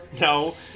no